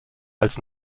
als